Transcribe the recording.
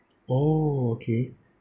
oh okay